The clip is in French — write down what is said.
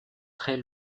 très